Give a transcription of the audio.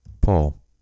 Paul